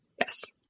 yes